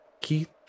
Keith